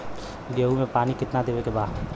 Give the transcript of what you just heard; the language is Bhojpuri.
गेहूँ मे पानी कितनादेवे के बा?